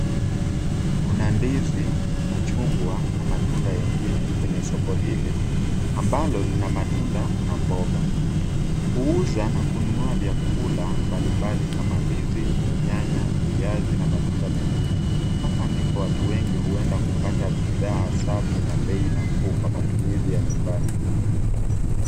Kuna ndizi, machungwa na matunda mengine kwenye soko hili ambalo lina matunda na mboga. Huuza na kununua vyakula mbalimbali kama ndizi, nyanya, viazi na matunda mengine. Hapa ndipo watu wengi huenda kupata bidhaa safi na bei nafuu kwa matumizi ya nyumbani.